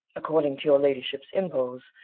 according to your ladyship's impose,